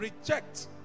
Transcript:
reject